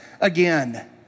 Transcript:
again